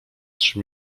trzy